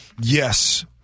Yes